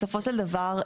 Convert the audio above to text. בסופו של דבר,